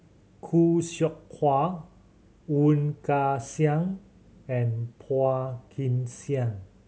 Khoo Seow Hwa Woon Wah Siang and Phua Kin Siang